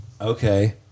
Okay